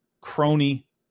crony